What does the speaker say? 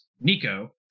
Nico